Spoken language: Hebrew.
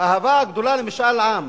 אהבה גדולה למשאל עם.